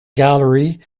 gallery